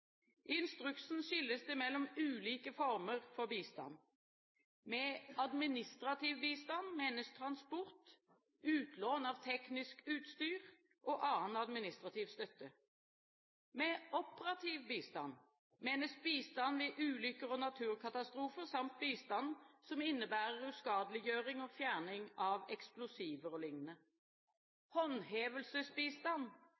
instruksen skilles det mellom ulike former for bistand: Med administrativ bistand menes transport, utlån av teknisk utstyr og annen administrativ støtte. Med operativ bistand menes bistand ved ulykker og naturkatastrofer samt bistand som innebærer uskadeliggjøring og fjerning av eksplosiver o.l. Håndhevelsesbistand omfatter ettersøking og